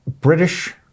British